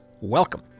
welcome